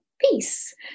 peace